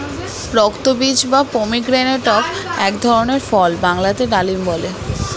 রক্তবীজ বা পমিগ্রেনেটক এক ধরনের ফল বাংলাতে ডালিম বলে